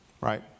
right